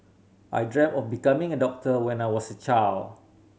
I dreamt of becoming a doctor when I was a child